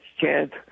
chance